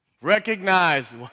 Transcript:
Recognize